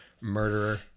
Murderer